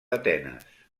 atenes